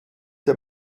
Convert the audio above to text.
der